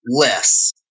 less